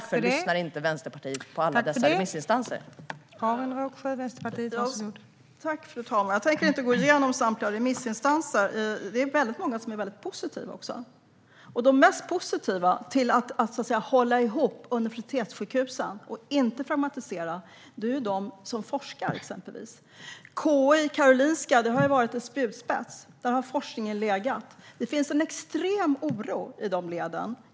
Fru talman! Jag tänker inte gå igenom samtliga remissinstansers svar. Det är många som är väldigt positiva också. De som är mest positiva till att hålla ihop universitetssjukhusen och inte fragmentisera är exempelvis de som forskar. KI, Karolinska Institutet, har ju varit en spjutspets. Där har forskningen legat. Det finns en extrem oro i leden där.